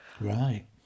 Right